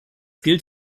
gilt